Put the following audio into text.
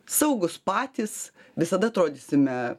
saugūs patys visada atrodysime